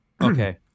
Okay